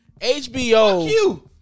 HBO